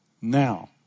Now